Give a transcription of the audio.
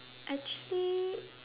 actually